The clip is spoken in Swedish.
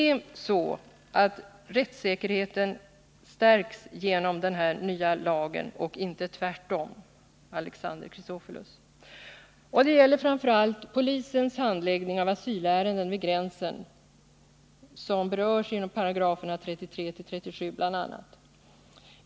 Rättssäkerheten stärks genom den nya lagen och inte tvärtom, Alexander Chrisopoulos. Det gäller framför allt polisens handläggning av asylärenden vid gränsen enligt 33-37 §§.